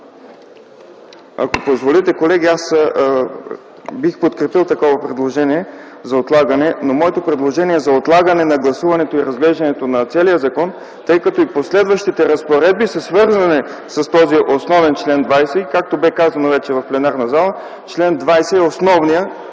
Ако позволите, колеги, аз бих подкрепил такова предложение за отлагане, но моето предложение е за отлагане на гласуването и разглеждането на целия законопроект, тъй като и последващите разпоредби са свързани с този основен чл. 20. Както вече бе казано в пленарната зала, чл. 20 е основната